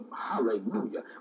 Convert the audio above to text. hallelujah